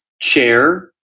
chair